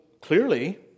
clearly